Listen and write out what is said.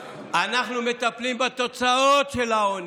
אנחנו מטפלים בתוצאות של העוני,